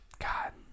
God